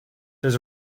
there